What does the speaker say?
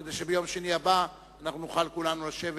כדי שביום שני הבא נוכל כולנו לשבת,